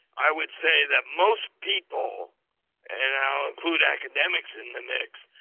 i would say that most people and i include academics in the mix,